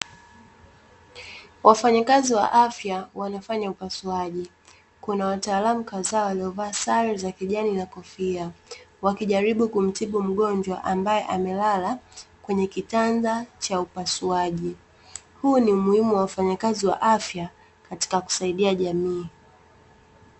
Wafanyakazi wa afya wanafanya upasuaji, kuna wataalamu kadhaa waliovaa sare za kijani na kofia, wakijaribu kumtibu mgonjwa ambaye amelala kwenye kitanda cha upasuaji. Huu ni umuhimu wa wafanyakazi wa afya katika kusaidia jamii.